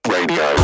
Radio